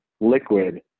liquid